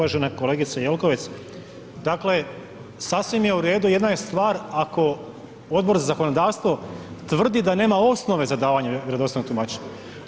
Uvažena kolegice Jelkovac, dakle sasvim je u redu, jedna je stvar ako Odbor za zakonodavstvo tvrdi da nema osnove za davanje vjerodostojnog tumačenja.